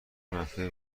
منفی